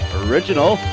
original